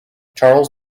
charles